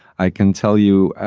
i can tell you,